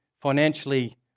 financially